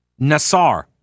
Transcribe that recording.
Nassar